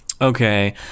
Okay